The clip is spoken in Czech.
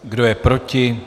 Kdo je proti?